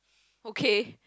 okay